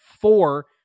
four